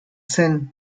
zen